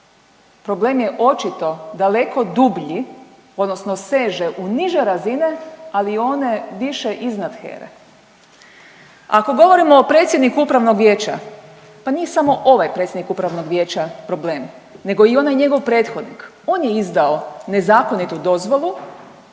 problem je očito daleko dublji odnosno seže u niže razine, ali one više iznad HERA-e. Ako govorimo o predsjedniku upravnog vijeća pa nije samo ovaj predsjednik upravnog vijeća problem nego i onaj njegov prethodnik, on je izdao nezakonitu dozvolu